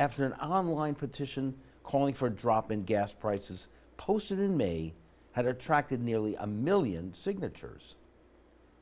after an online petition calling for a drop in gas prices posted in may had attracted nearly a million signatures